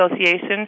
Association